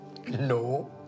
No